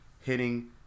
hitting